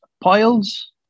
piles